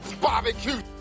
barbecue